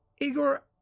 Igor